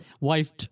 wife